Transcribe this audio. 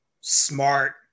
Smart